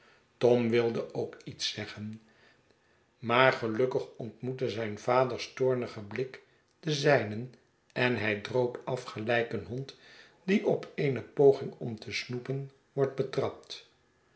tom wilde ook iets zeggen maar gelukkig ontmoette zijn vaders toornige blik den zijnen en hij droop af geltjk een hond die op eene poging om te snoepen wordt betrapt